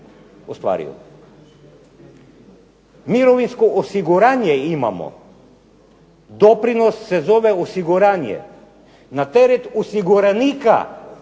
ostvarila. Mirovinsko osiguranje imamo, doprinos se zove osiguranje, na teret osiguranika